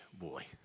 boy